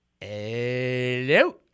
Hello